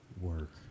Work